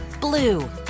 blue